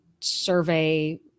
survey